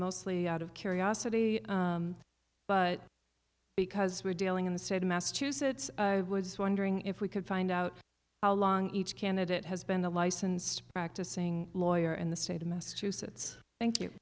mostly out of curiosity but because we're dealing in the state of massachusetts was wondering if we could find out how long each candidate has been a licensed practicing lawyer in the state of massachusetts thank you